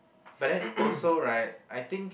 but then also right I think